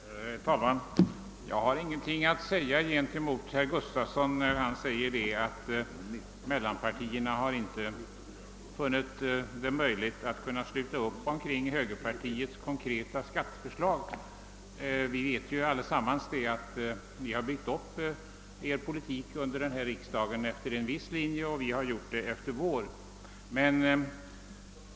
Herr talman! Jag har inget att anföra mot herr Gustafson i Göteborg med anledning av hans yttrande att mittenpartierna inte har funnit det möjligt att sluta upp omkring högerpartiets konkreta skatteförslag. Vi visste allesammans att ni har byggt upp er politik under denna riksdag efter en viss linje medan vi har följt en annan linje.